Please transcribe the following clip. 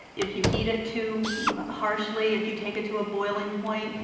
if you heat it too harshly, if you take it to a boiling point, and